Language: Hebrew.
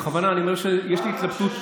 בכוונה אני אומר שיש לי התלבטות,